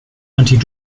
anti